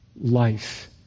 life